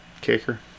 Kicker